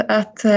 att